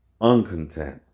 uncontent